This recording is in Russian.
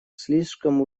слишком